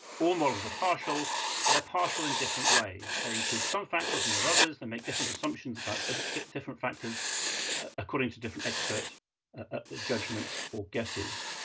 all models are partial, but they're partial in different ways. they include some factors and not others. they make different assumptions about different factors according to different expert ah judgments or guesses.